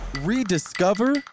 rediscover